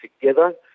together